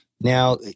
Now